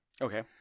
okay